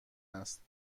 است